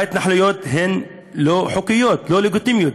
ההתנחלויות הן לא חוקיות, לא לגיטימיות.